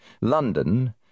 London